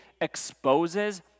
exposes